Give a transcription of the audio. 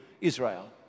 Israel